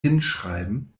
hinschreiben